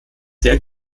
sehr